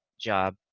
job